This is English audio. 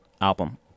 album